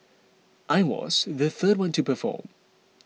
I was the third one to perform